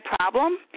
problem